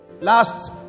Last